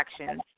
actions